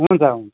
हुन्छ हुन्छ